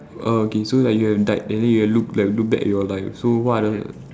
err okay so like you have died and then you have look look back at your life so what are the